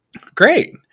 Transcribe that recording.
great